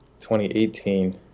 2018